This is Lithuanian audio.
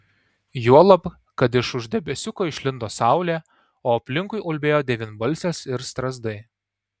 juolab kad iš už debesiuko išlindo saulė o aplinkui ulbėjo devynbalsės ir strazdai